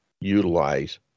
utilize